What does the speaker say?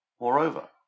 Moreover